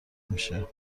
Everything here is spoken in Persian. میشه